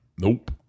Nope